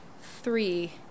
Three